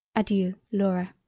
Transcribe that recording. adeiu laura.